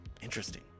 Interesting